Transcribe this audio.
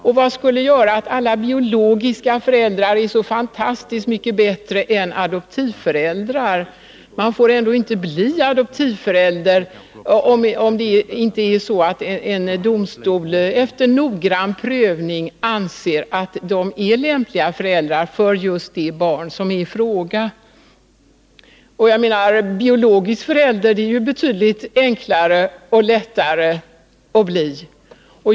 Och vad skulle göra att alla biologiska föräldrar är så fantastiskt mycket bättre än adoptivföräldrar? Man får ändå inte bli adoptivförälder om inte en domstol efter noggrann prövning anser att man är lämplig som förälder för just det barn som är i fråga. Biologisk förälder är det betydligt enklare och lättare att bli.